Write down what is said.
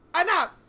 enough